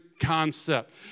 concept